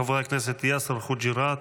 של חברי הכנסת יאסר חוג'יראת,